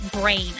Brain